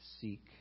seek